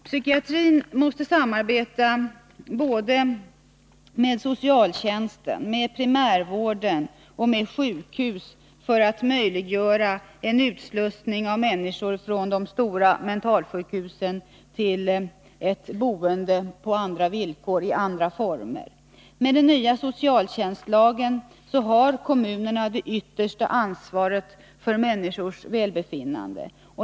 Psykiatrin måste samarbeta med både socialtjänst, primärvård och sjukhus för att möjliggöra en utslussning av människor från de stora mentalsjukhusen till ett boende på andra villkor och i andra former. Med den nya socialtjänstlagen har kommunerna det yttersta ansvaret för människors välbefinnande.